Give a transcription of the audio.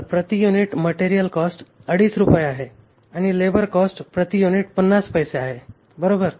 तर प्रति unit material cost अडीच रुपये आहे आणि लेबर कॉस्ट प्रति युनिट 50 पैसे आहे बरोबर